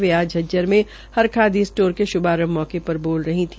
वे आज झज्जर में हरखादी स्टोर के श्भारंभ मौके पर बोल रही थी